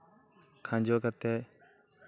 ᱠᱷᱟᱸᱡᱚ ᱠᱟᱛᱮᱫ